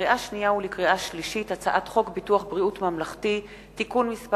לקריאה שנייה ולקריאה שלישית: הצעת חוק ביטוח בריאות ממלכתי (תיקון מס'